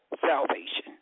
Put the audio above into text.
salvation